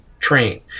Train